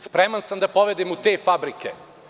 Spreman sam da povedem u te fabrike.